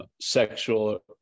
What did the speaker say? sexual